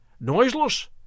noiseless